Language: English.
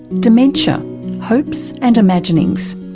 dementia hopes and imaginings.